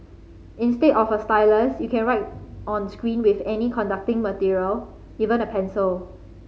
instead of a stylus you can write on screen with any conducting material even a pencil